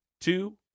two